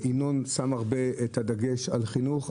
ינון שם דגש על חינוך.